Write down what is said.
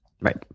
Right